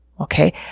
Okay